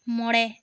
ᱢᱚᱬᱮ